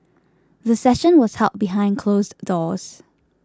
the session was held behind closed doors